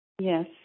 Yes